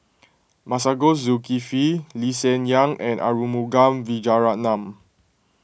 Masagos Zulkifli Lee Hsien Yang and Arumugam Vijiaratnam